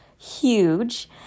huge